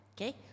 okay